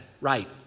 right